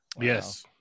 yes